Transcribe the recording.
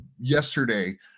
yesterday